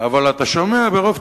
אבל אתה שומע, ברוב